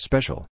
Special